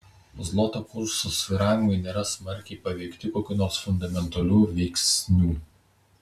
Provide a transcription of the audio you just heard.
zloto kurso svyravimai nėra smarkiai paveikti kokių nors fundamentalių veiksnių